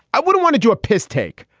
i wouldn't want to do a piss take.